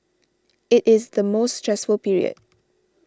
it is the most stressful period